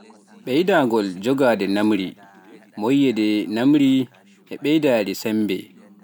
Ɓeydagol jogaade ñamri, Moƴƴinde ñamri e ɓeydude semmbe